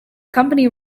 company